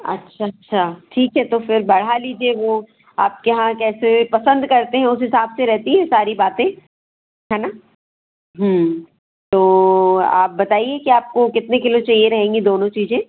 अच्छा अच्छा ठीक है तो फिर बढ़ा लीजिए वह आपके यहाँ कैसे पसंद करते हैं उस हिसाब से रहती है सारी बातें है ना तो आप बताइए कि आपको कितने किलो चाहिए रहेंगी दोनों चीज़ें